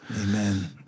Amen